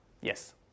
Yes